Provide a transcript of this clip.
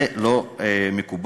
זה לא מקובל.